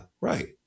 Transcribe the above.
right